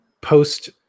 post